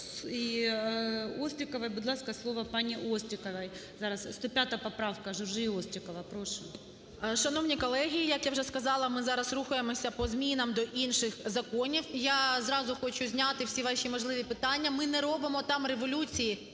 і Острікової. Будь ласка, слово пані Отріковій. Зараз 105 поправка, Журжій, Острікова. Прошу. 13:38:34 ОСТРІКОВА Т.Г. Шановні колеги, як я вже сказала, ми зараз рухаємося по змінам до інших законів. Я зразу хочу зняти всі ваші можливі питання, ми не робимо там революції